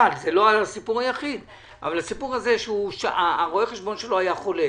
הסיפור שרואה החשבון שלו היה חולה